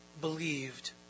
believed